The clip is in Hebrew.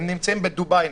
הם נמצאים בדובאי,